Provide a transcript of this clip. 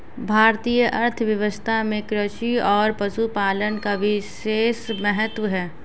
भारतीय अर्थव्यवस्था में कृषि और पशुपालन का विशेष महत्त्व है